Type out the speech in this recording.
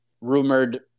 rumored